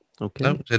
Okay